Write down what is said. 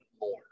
more